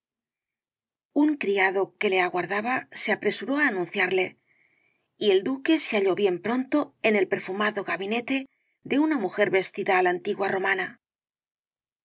un criado que le aguardaba se apresuró á anunciarle y el duque se halló bien pronto en el perfumado gabinete de una mujer vestida á la antigua romana